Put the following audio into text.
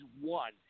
one